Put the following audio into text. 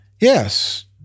Yes